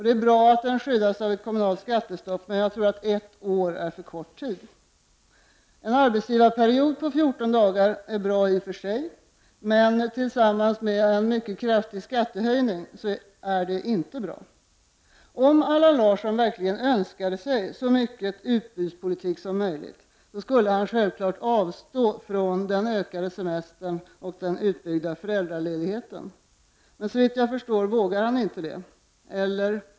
Det är bra att den skyddas av kommunalt skattestopp, men jag tror att ett år är för kort tid. Förslaget om en arbetsgivarperiod på fjorton dagar i sjukförsäkringen är i och för sig bra, men tillsammans med en mycket kraftig skattehöjning är det inte bra. Om Allan Larsson verkligen önskade så mycket utbudspolitik som möjligt, skulle han självklart avstå från ökad semester och utbyggd föräldraledighet. Det vågar han inte, såvitt jag förstår.